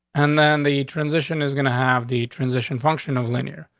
and then the transition is gonna have the transition function of linear.